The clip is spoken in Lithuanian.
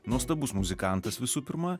nuostabus muzikantas visų pirma